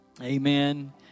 amen